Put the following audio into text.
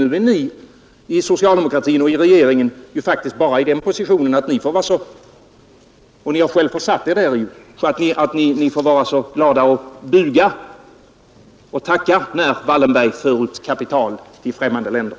Nu befinner sig socialdemokratin och regeringen i den positionen — de har själva försatt sig i den — att de får vara så goda att buga och tacka när Wallenberg för ut kapital till främmande länder.